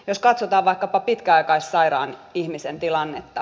jos katsotaan vaikkapa pitkäaikaissairaan ihmisen tilannetta